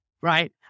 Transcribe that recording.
right